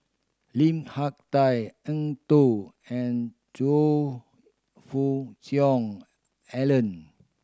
Lim Hak Tai Eng Tow and Choe Fook Cheong Alan